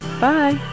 Bye